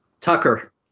Tucker